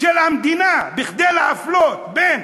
של המדינה כדי להפלות בין